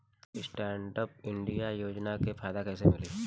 Stand up India योजना के फायदा कैसे मिली?